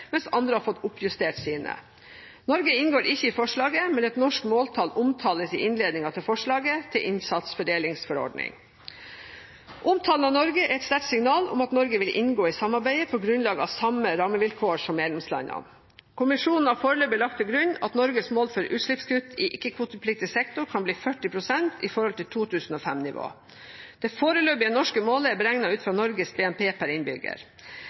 mens andre har fått oppjustert sine. Norge inngår ikke i forslaget, men et norsk måltall omtales i innledningen til forslaget til innsatsfordelingsforordning. Omtalen av Norge er et sterkt signal om at Norge vil inngå i samarbeidet på grunnlag av samme rammevilkår som medlemslandene. Kommisjonen har foreløpig lagt til grunn at Norges mål for utslippskutt i ikke-kvotepliktig sektor kan bli 40 pst. i forhold til 2005-nivå. Det foreløpige norske målet er beregnet ut fra Norges BNP per innbygger.